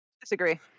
Disagree